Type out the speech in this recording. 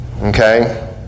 Okay